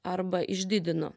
arba išdidinu